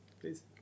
Please